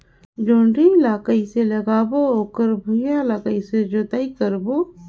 जोणी ला कइसे लगाबो ओकर भुईं ला कइसे जोताई करबो?